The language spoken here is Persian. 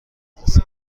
مدرسه